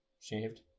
Shaved